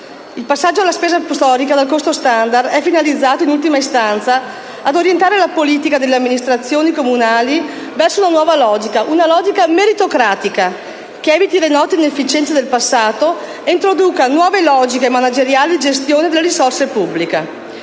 Il passaggio dalla spesa storica al costo *standard* è finalizzato, in ultima istanza, ad orientare la politica delle amministrazioni comunali verso una nuova logica meritocratica, che eviti le note inefficienze del passato e introduca nuove logiche manageriali di gestione delle risorse pubbliche.